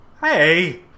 Hey